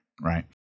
Right